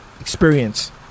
experience